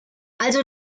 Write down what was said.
also